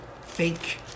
fake